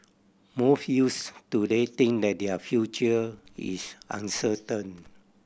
most youths today think that their future is uncertain